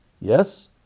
Yes